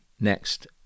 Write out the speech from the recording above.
next